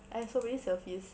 I have so many selfies